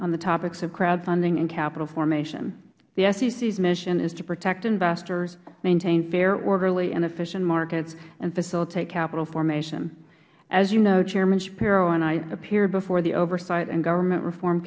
on the topics of crowdfunding and capital formation the sec's mission is to protect investors maintain fair orderly and efficient markets and facilitate capital formation as you know chairman schapiro and i appeared before the oversight and government reform